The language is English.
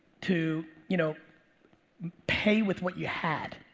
to you know pay with what you had.